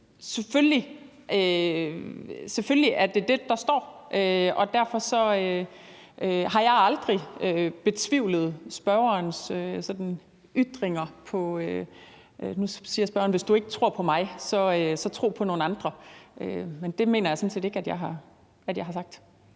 Selvfølgelig er det det, der står, og jeg har aldrig betvivlet spørgerens ytringer. Nu siger spørgeren: Hvis du ikke tror på mig, så tro på nogle andre. Men det mener jeg sådan set ikke at jeg har sagt